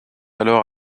alors